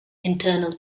internal